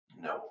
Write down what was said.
No